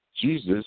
Jesus